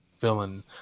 villain